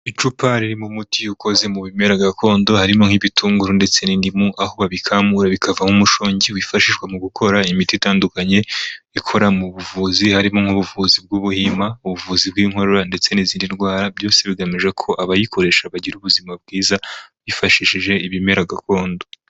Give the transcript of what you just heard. Icupa ririmo umuti ukoze mu bimera gakondo, harimo nk'ibitunguru ndetse n'indimu, aho babikamura bikavamo umushongi wifashishwa mu gukora imiti itandukanye ikora mu buvuzi, harimo nk'ubuvuzi bw'ubuhima, ubuvuzi bw'inkorora ndetse n'izindi ndwara, byose bigamije ko abayikoresha bagira ubuzima bwiza, bifashishije ibimera gakondo.